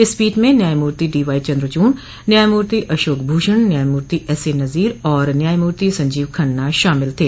इस पीठ में न्यायामूर्ति डीवाई चंद्रचूड़ न्यायामूर्ति अशोक भूषण न्यायामूर्ति एसए नजीर और न्यायामूर्ति संजीव खन्ना शामिल थे